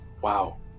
Wow